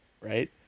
right